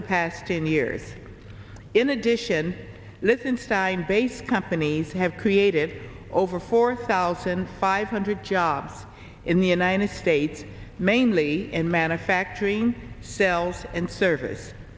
the past ten years in addition let's inside based companies have created over four thousand five hundred jobs in the united states mainly in manufacturing cells and serv